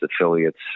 affiliates